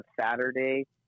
Saturday